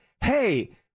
Hey